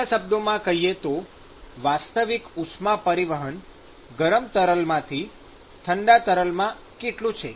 બીજા શબ્દોમાં કહીએ તો વાસ્તવિક ઉષ્મા પરિવહન ગરમ તરલમાંથી ઠંડા તરલમાં કેટલું છે